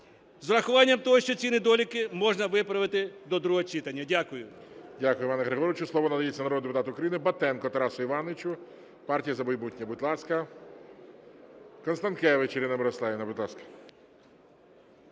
з урахуванням того, що ці недоліки можна виправити до другого читання. Дякую.